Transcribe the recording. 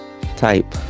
type